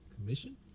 commission